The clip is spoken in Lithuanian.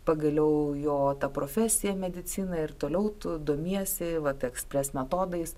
pagaliau jo ta profesija medicina ir toliau tu domiesi vat ekspres metodais